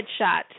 headshot